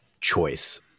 choice